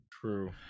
True